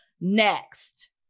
Next